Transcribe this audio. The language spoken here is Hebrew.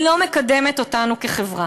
היא לא מקדמת אותנו כחברה,